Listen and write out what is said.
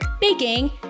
Baking